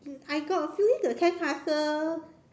I got a feeling the sandcastle